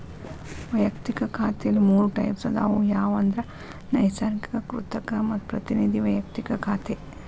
ವಯಕ್ತಿಕ ಖಾತೆಲಿ ಮೂರ್ ಟೈಪ್ಸ್ ಅದಾವ ಅವು ಯಾವಂದ್ರ ನೈಸರ್ಗಿಕ, ಕೃತಕ ಮತ್ತ ಪ್ರತಿನಿಧಿ ವೈಯಕ್ತಿಕ ಖಾತೆ